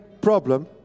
problem